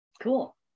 Cool